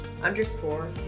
underscore